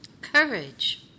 courage